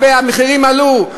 המחירים עלו.